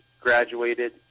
graduated